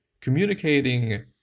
communicating